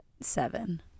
seven